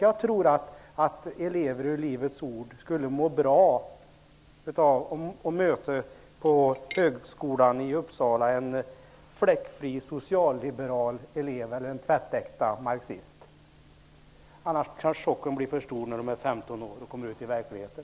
Jag tror att elever från Livets ords skola skulle må bra av att på skolan i Uppsala möta en elev som är fläckfri socialliberal eller tvättäkta marxist -- annars kan chocken bli för stor när de bli 15 år och kommer ut i verkligheten.